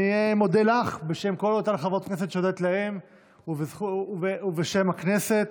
אני מודה לך בשם כל אותן חברות כנסת שהודית להן ובשם הכנסת.